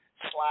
slash